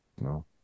No